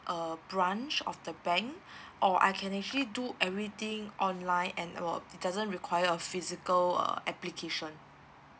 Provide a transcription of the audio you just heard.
uh branch of the bank or I can actually do everything online and uh it doesn't require a physical uh application